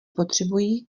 potřebují